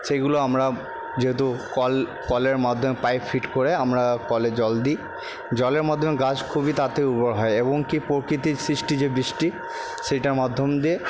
সেইগুলো আমরা যেহেতু কল কলের মাধ্যমে পাইপ ফিট করে আমরা কলে জল দিই জলের মাধ্যমে গাছ খুবই তাড়াতাড়ি উর্বর হয় এবং কি প্রকৃতির সৃষ্টি যে বৃষ্টি সেটার মাধ্যম দিয়ে